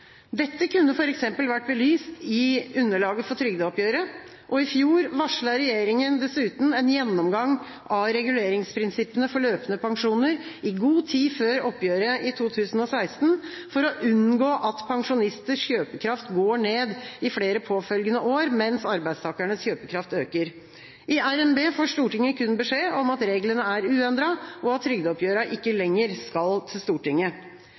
Dette kunne f.eks. vært belyst i underlaget for trygdeoppgjøret. I fjor varslet regjeringa dessuten en gjennomgang av reguleringsprinsippene for løpende pensjoner i god tid før oppgjøret i 2016, for å unngå at pensjonisters kjøpekraft går ned i flere påfølgende år, mens arbeidstakernes kjøpekraft øker. I RNB får Stortinget kun beskjed om at reglene er uendret, og at trygdeoppgjørene ikke lenger skal til Stortinget.